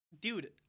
Dude